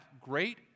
great